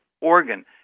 organ